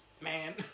man